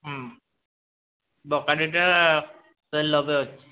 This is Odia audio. ହୁଁ ବକାଡ଼ିଟା ଶହେ ନବେ ଅଛି